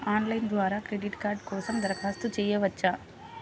Online ద్వారా credit card కోసం దరఖాస్తు చేయవచ్చా?